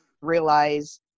realize